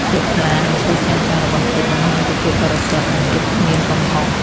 ភាពថ្លា និងភ្លឺចែងចាំងរបស់ពេជ្រ បង្ហាញពីភាពបរិសុទ្ធ និងភាពគ្មានកំហុស។